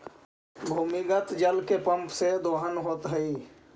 भूमिगत जल के पम्प से दोहन होइत हई